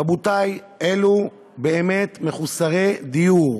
רבותי, אלו באמת מחוסרי דיור.